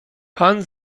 pan